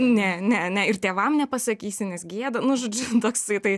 ne ne ne ir tėvam nepasakysi nes gėda nu žodžiu toksai tai